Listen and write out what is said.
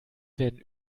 werden